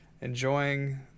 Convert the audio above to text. enjoying